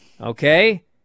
Okay